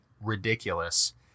ridiculous